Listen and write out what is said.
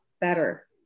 better